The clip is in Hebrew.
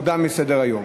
והורדה מסדר-היום.